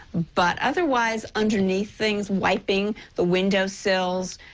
but otherwise, underneath things, wiping the window sills,